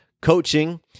coaching